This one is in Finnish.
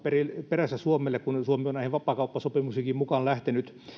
perässä suomelle kun suomi on näihin vapaakauppasopimuksiinkin mukaan lähtenyt